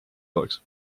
oleks